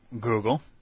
Google